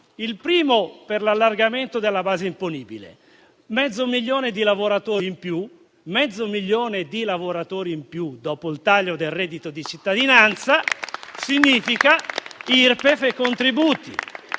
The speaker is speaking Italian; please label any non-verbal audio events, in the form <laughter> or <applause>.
per l'allargamento della base imponibile; mezzo milione di lavoratori in più dopo il taglio del reddito di cittadinanza, <applause> significa Irpef e contributi.